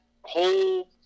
whole